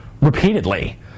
repeatedly